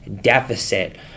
deficit